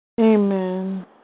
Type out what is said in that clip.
Amen